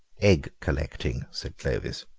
egg-collecting, said clovis.